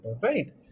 right